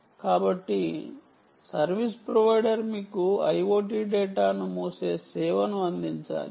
కాబట్టి service provider మీకు IoT డేటాను పంపకలిగే సేవను అందించాలి